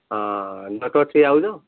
ହଁ